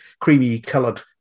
creamy-coloured